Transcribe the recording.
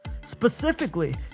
Specifically